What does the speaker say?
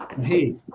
Hey